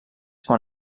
quan